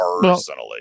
personally